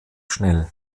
schnell